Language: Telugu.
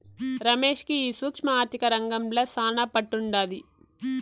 రమేష్ కి ఈ సూక్ష్మ ఆర్థిక రంగంల శానా పట్టుండాది